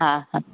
हा हा